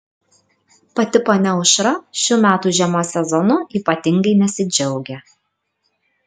pati ponia aušra šių metų žiemos sezonu ypatingai nesidžiaugia